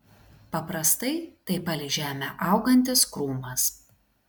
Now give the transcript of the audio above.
paprastai tai palei žemę augantis krūmas